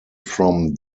from